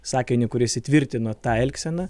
sakinį kuris įtvirtino tą elgseną